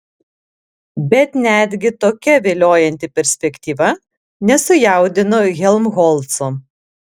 bet netgi tokia viliojanti perspektyva nesujaudino helmholco